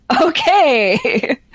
Okay